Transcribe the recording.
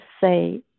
say